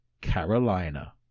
Carolina